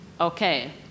okay